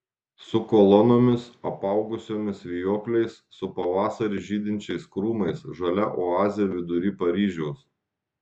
su kolonomis apaugusiomis vijokliais su pavasarį žydinčiais krūmais žalia oazė vidury paryžiaus